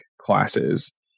classes